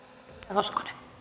arvoisa